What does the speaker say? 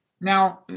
Now